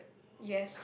yes